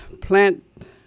plant